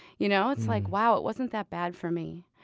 you know it's like, wow, it wasn't that bad for me.